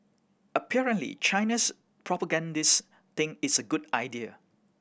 apparently China's propagandists think it's a good idea